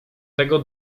tego